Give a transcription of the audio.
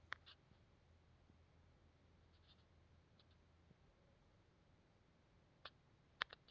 ಫ್ರಾಂಗಿಪಾನಿಯ ಹೂಗಳನ್ನ ಪರಿಮಳಯುಕ್ತ ಸಬಕಾರ್, ಮ್ಯಾಣದಬತ್ತಿ, ಮಸಾಜ್ ಎಣ್ಣೆಗಳಂತವನ್ನ ತಯಾರ್ ಮಾಡ್ಲಿಕ್ಕೆ ಸಾಮನ್ಯವಾಗಿ ಬಳಸ್ತಾರ